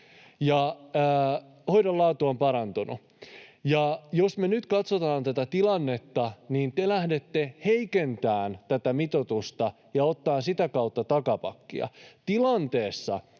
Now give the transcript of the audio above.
Hoidon laatu on parantunut. — Jos me nyt katsotaan tätä tilannetta, niin te lähdette heikentämään tätä mitoitusta ja ottamaan sitä kautta takapakkia tilanteessa,